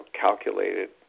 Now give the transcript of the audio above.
calculated